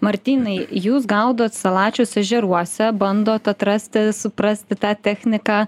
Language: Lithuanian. martynai jūs gaudot salačius ežeruose bandot atrasti suprasti tą techniką